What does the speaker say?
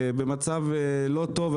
במצב לא טוב.